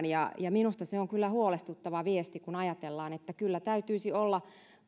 ja ja minusta se on kyllä huolestuttava viesti kun ajatellaan että kyllä täytyisi olla